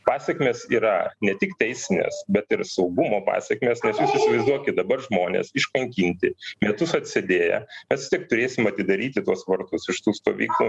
pasekmės yra ne tik teisinės bet ir saugumo pasekmės nes jūs įsivaizduokit dabar žmonės iškankinti metus atsėdėję mes vis tiek turėsim atidaryti tuos vartus iš tų stovyklų